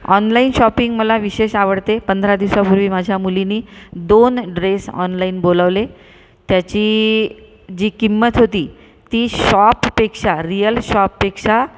online shopping मला विशेष आवडते पंधरा दिवसापूर्वी माझ्या मुलीनी दोन ड्रेस ऑनलाईन बोलावले त्याची जी किंमत होती ती शॉपपेक्षा रिअल शॉपपेक्षा